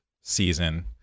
season